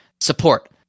support